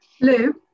Lou